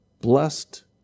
blessed